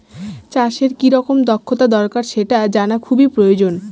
চাষের কি রকম দক্ষতা দরকার সেটা জানা খুবই প্রয়োজন